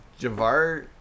Javar